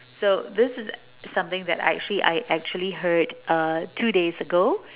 so this is something that I actually I actually heard uh two days ago